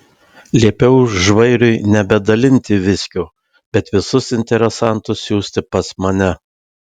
liepiau žvairiui nebedalinti viskio bet visus interesantus siųsti pas mane